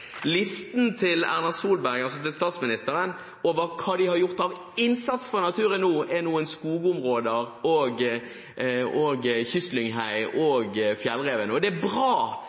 Listen til statsminister Erna Solberg over hva de har gjort av innsats for naturen, består av noen skogområder, kystlynghei og fjellreven. Det er bra, det med kystlynghei og fjellreven, men bevares, er